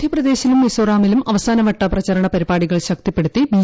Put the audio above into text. മധ്യപ്രദേശിലും മിസോറാമിലും അവസാനവട്ട പ്രചാരണ പരിപാടികൾ ശക്തിപ്പെടുത്തി ബി